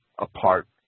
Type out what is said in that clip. apart